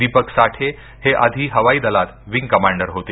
दीपक साठे हे आधी हवाई दलात विंग कमांडर होते